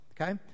okay